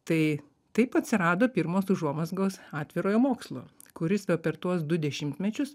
tai taip atsirado pirmos užuomazgos atvirojo mokslo kuris per tuos du dešimtmečius